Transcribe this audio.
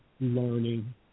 learning